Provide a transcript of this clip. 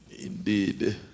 Indeed